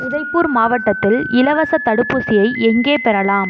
உதய்பூர் மாவட்டத்தில் இலவசத் தடுப்பூசியை எங்கே பெறலாம்